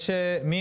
מי